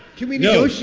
can we no,